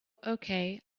okay